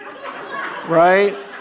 right